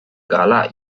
gala